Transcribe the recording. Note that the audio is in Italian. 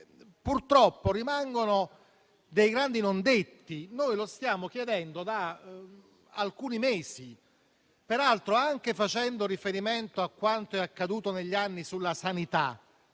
purtroppo rimangono dei grandi non detti. Lo stiamo chiedendo da alcuni mesi, peraltro anche facendo riferimento a quanto è accaduto negli anni sulla sanità,